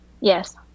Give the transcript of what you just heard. Yes